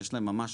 שיש להם ממש